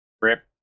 RIP